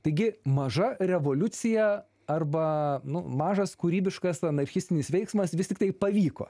taigi maža revoliucija arba nu mažas kūrybiškas anarchistinis veiksmas vis tiktai pavyko